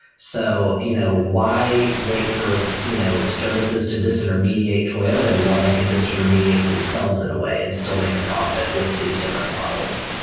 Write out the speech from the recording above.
so you know why wait for you know services to dis-intermediate toyota while they can dis-intermediate themselves in a way and still make a profit with these different models?